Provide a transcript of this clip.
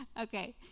Okay